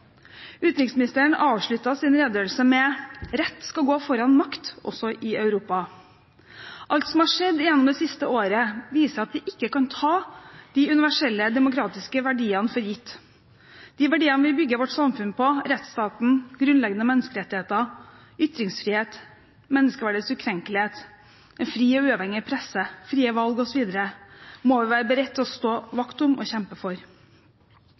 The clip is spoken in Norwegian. Utenriksministeren avsluttet sin redegjørelse med at «rett skal gå foran makt», også i Europa. Alt som har skjedd gjennom det siste året, viser at vi ikke kan ta de universelle, demokratiske verdiene for gitt. De verdiene vi bygger vårt samfunn på – rettsstaten, grunnleggende menneskerettigheter, ytringsfrihet, menneskeverdets ukrenkelighet, en fri og uavhengig presse, frie valg osv. – må vi være beredt til å stå vakt om og kjempe for.